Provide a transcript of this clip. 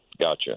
gotcha